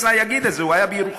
מצנע יגיד את זה, הוא היה בירוחם.